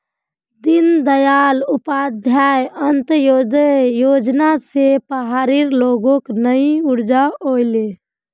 दीनदयाल उपाध्याय अंत्योदय योजना स पहाड़ी लोगक नई ऊर्जा ओले